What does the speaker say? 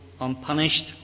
unpunished